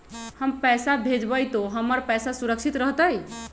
हम पैसा भेजबई तो हमर पैसा सुरक्षित रहतई?